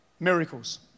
Miracles